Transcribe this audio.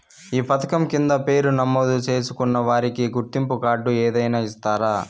ఈ పథకం కింద పేరు నమోదు చేసుకున్న వారికి గుర్తింపు కార్డు ఏదైనా ఇస్తారా?